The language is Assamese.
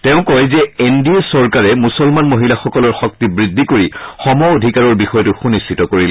তেওঁ কয় যে এন ডি এ চৰকাৰে মুছলমান মহিলাসকলৰ শক্তি বৃদ্ধি কৰি সমঅধিকাৰৰ বিষয়টো সুনিশ্চিত কৰিলে